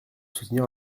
soutenir